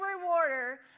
rewarder